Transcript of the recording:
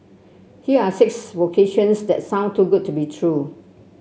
here are six vocations that sound too good to be true